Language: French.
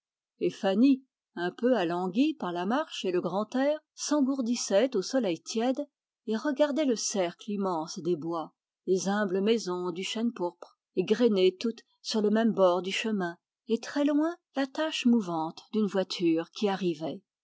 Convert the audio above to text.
et fanny un peu alanguie par la marche et le grand air s'engourdissait au soleil tiède et regardait le cercle immense des bois les humbles maisons du chêne pourpre égrenées toutes sur le même bord du chemin et très loin la tache mouvante d'une voiture qui arrivait